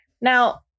now